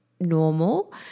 normal